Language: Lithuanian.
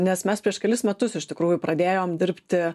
nes mes prieš kelis metus iš tikrųjų pradėjom dirbti